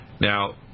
Now